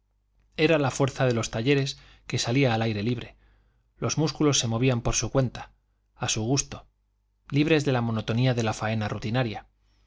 era la fuerza de los talleres que salía al aire libre los músculos se movían por su cuenta a su gusto libres de la monotonía de la faena rutinaria